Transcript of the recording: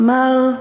אמר: